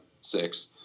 six